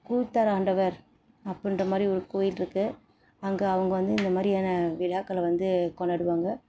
கூத்தா ஆண்டவர் அப்பிடின்ற மாதிரி ஒரு கோயிலிருக்கு அங்கே அவங்க வந்து இந்த மாதிரியான விழாக்களை வந்து கொண்டாடுவாங்க